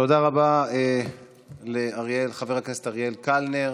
תודה רבה לחבר הכנסת אריאל קלנר.